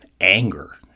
anger